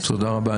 תודה רבה.